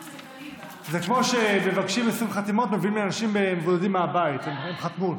כמו שמבקשים עשרים חתימות ומביאים אנשים בודדים מהבית להתחכמות.